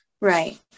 Right